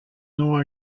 nom